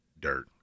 dirt